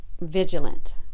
vigilant